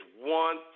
one